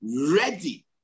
ready